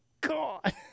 God